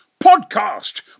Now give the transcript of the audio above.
Podcast